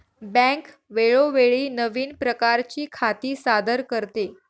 bank वेळोवेळी नवीन प्रकारची खाती सादर करते